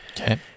Okay